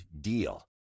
DEAL